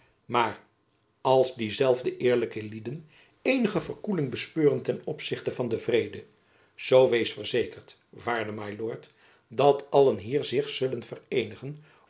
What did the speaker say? maar als diezelfde eerlijke lieden eenige verkoeling bespeuren ten opzichte van den vrede zoo wees verzekerd waarde my lord dat allen hier zich zullen vereenigen